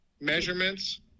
measurements